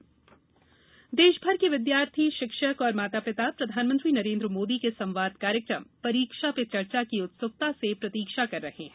PM परीक्षाचर्चा देशभर के विद्यार्थी शिक्षक और माता पिता प्रधानमंत्री नरेन्द्र मोदी के संवाद कार्यक्रम परीक्षा पे चर्चा की उत्सुकता से प्रतीक्षा कर रहे हैं